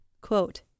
quote